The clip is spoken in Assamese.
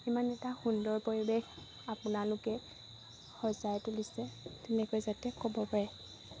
ইমান এটা সুন্দৰ পৰিৱেশ আপোনালোকে সজাই তুলিছে তেনেকৈ যাতে ক'ব পাৰে